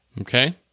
Okay